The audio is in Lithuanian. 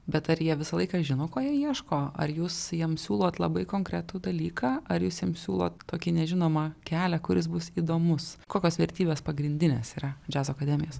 bet ar jie visą laiką žino ko jie ieško ar jūs jam siūlot labai konkretų dalyką ar jūs jiems siūlot tokį nežinomą kelią kuris bus įdomus kokios vertybės pagrindinės yra džiazo akademijos